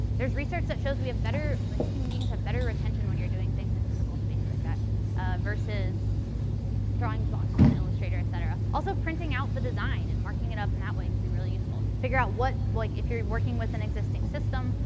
there's research that shows we have better human beings have better retention when you're doing things in physical space like that versus drawing boxes in illustrator, et cetera. also, printing out the design and marking it up in that way could be really useful. figure out what like if you're working with an existing system,